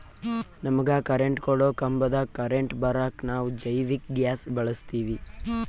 ನಮಗ ಕರೆಂಟ್ ಕೊಡೊ ಕಂಬದಾಗ್ ಕರೆಂಟ್ ಬರಾಕ್ ನಾವ್ ಜೈವಿಕ್ ಗ್ಯಾಸ್ ಬಳಸ್ತೀವಿ